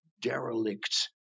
derelicts